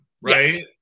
right